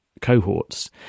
cohorts